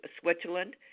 Switzerland